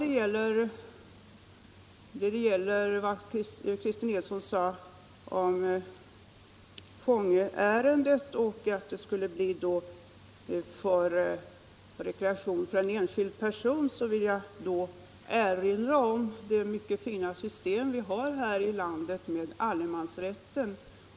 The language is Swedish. : Beträffande det som Christer Nilsson sade om att Fångöområdet skulle användas som rekreation för en enskild person vill jag erinra om det mycket fina system vi har här i landet med allemansrätten.